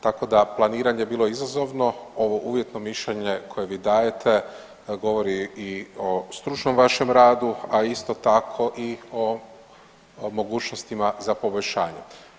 Tako da je planiranje bilo izazovno, ovo uvjetno mišljenje koje vi dajete govori i o stručnom vašem radu, a isto tako i o mogućnostima za poboljšanje.